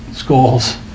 schools